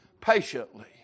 patiently